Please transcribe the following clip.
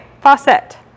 faucet